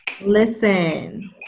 Listen